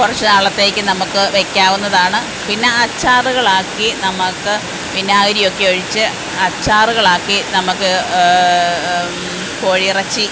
കുറച്ച് നാളത്തേക്ക് നമുക്ക് വെക്കാവുന്നതാണ് പിന്ന അച്ചാറുകളാക്കി നമുക്ക് വിനാഗിരി ഒക്കെ ഒഴിച്ച് അച്ചാറുകളാക്കി നമുക്ക് കോഴിയിറച്ചി